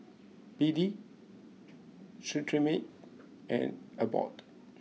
B D Cetrimide and Abbott